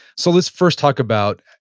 so, let's first talk about,